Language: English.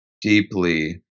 deeply